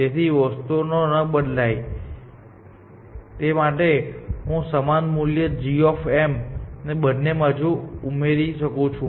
જેથી વસ્તુઓ ન બદલાય તે માટે હું સમાન મૂલ્ય g બંને બાજુ ઉમેરી શકું છું